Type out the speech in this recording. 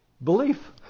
Belief